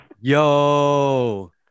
yo